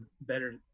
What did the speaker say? better